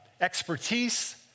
expertise